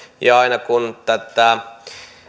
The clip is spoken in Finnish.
ja aina kun tätä